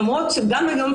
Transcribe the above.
למרות שגם היום,